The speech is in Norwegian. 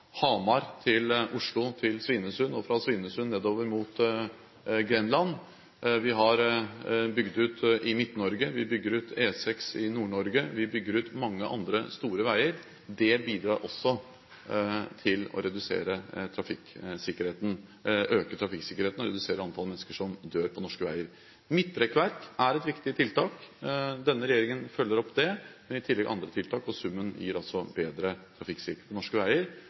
Hamar til Oslo, til Svinesund og fra Svinesund mot Grenland. Vi har bygd ut i Midt-Norge. Vi bygger ut E6 i Nord-Norge. Vi bygger ut mange andre store veier. Det bidrar også til å øke trafikksikkerheten og redusere antallet mennesker som dør på norske veier. Midtrekkverk er et viktig tiltak. Denne regjeringen følger opp det, i tillegg til andre tiltak. Summen gir bedre trafikksikkerhet på norske veier